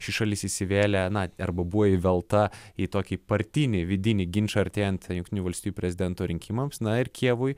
ši šalis įsivėlė na arba buvo įvelta į tokį partinį vidinį ginčą artėjant jungtinių valstijų prezidento rinkimams na ir kijevui